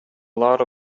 lot